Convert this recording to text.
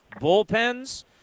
bullpens